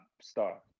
star